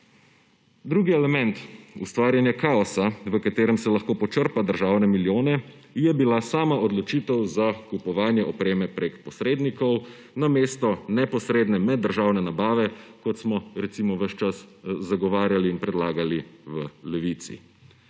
Drugi element ustvarjanja kaosa, v katerem se lahko počrpajo državni milijoni, je bila sama odločitev za kupovanje opreme prek posrednikov namesto neposredne meddržavne nabave, kot smo recimo ves čas zagovarjali in predlagali v Levici.